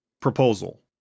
Proposal